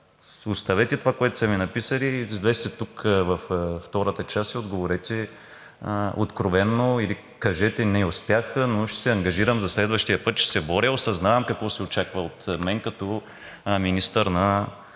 Оставете това, което са Ви написали, излезте тук във втората част и отговорете откровено и кажете: „Не успях, но ще се ангажирам за следващия път, ще се боря – осъзнавам какво се очаква от мен като министър на